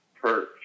perch